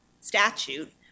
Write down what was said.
statute